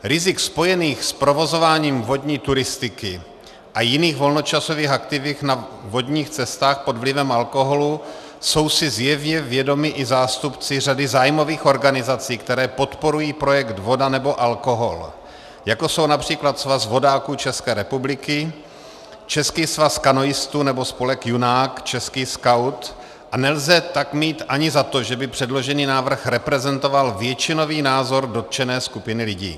Rizik spojených s provozováním vodní turistiky a jiných volnočasových aktivit na vodních cestách pod vlivem jsou si zjevně vědomi i zástupci řady zájmových organizací, které podporují projekt Voda nebo alkohol, jako jsou například Svaz vodáků České republiky, Český svaz kanoistů nebo spolek Junák, Český skaut, a nelze tak mít za to, že by předložený návrh reprezentoval většinový názor dotčené skupiny lidí.